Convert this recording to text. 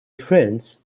friends